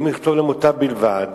אם הוא יכתוב "למוטב בלבד",